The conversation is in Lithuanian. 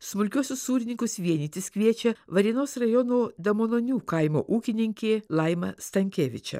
smulkiuosius sūrininkus vienytis kviečia varėnos rajono damalonių kaimo ūkininkė laima stankevičė